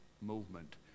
movement